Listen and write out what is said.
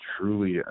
truly